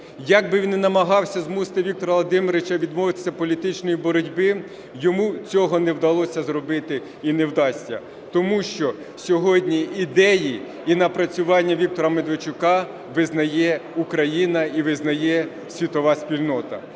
Як би він не намагався змусити Віктора Володимировича відмовитись від політичної боротьби, йому цього не вдалося зробити, і не вдасться, тому що сьогодні ідеї і напрацювання Віктора Медведчука визнає Україна і визнає світова спільнота.